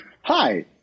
hi